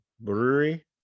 Brewery